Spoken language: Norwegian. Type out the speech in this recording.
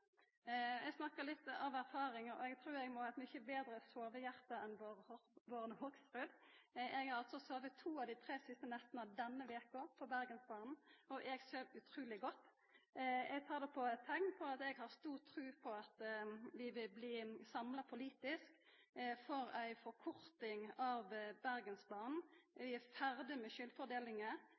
Eg snakkar litt av erfaring. Eg trur eg må ha eit mykje betre sovehjarte enn Bård Hoksrud. Eg har altså sove to av dei tre siste nettene i denne veka på Bergensbanen, og eg sov utruleg godt. Eg tar det som eit teikn på at eg har stor tru på at vi vil bli samla politisk for ei forkorting av Bergensbanen – vi er ferdige med